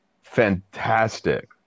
fantastic